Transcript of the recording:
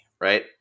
right